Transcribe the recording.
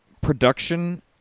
production